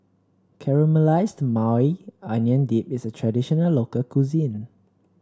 Caramelized Maui Onion Dip is a traditional local cuisine